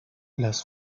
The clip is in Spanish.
las